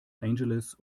angeles